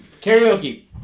Karaoke